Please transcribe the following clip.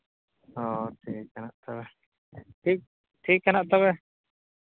ᱦᱮᱸ ᱴᱷᱤᱠ ᱜᱮᱭᱟ ᱦᱟᱸᱜ ᱛᱚᱵᱮ ᱴᱷᱤᱠ ᱴᱷᱤᱠ ᱜᱮᱭᱟ ᱦᱟᱸᱜ ᱛᱚᱵᱮ